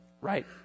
right